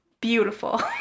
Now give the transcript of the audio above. beautiful